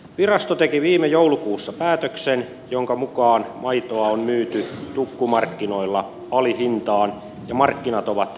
virasto teki viime joulukuussa päätöksen jonka mukaan maitoa on myyty tukkumarkkinoilla alihintaan ja markkinat ovat vääristyneet